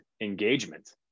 engagement